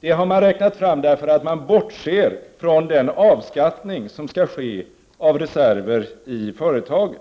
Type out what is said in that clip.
Det har man räknat fram, därför att man bortser från den avskattning som skall ske av reserver i företagen.